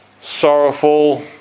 sorrowful